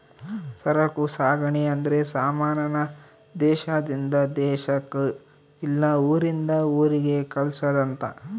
ಸರಕು ಸಾಗಣೆ ಅಂದ್ರೆ ಸಮಾನ ನ ದೇಶಾದಿಂದ ದೇಶಕ್ ಇಲ್ಲ ಊರಿಂದ ಊರಿಗೆ ಕಳ್ಸದ್ ಅಂತ